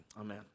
Amen